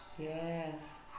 Yes